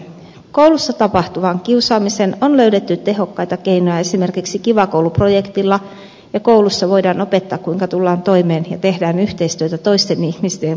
koulussa tapahtuvaan kiusaamiseen on löydetty tehokkaita keinoja esimerkiksi kiva koulu projektilla ja koulussa voidaan opettaa kuinka tullaan toimeen ja tehdään yhteistyötä toisten ihmisten kanssa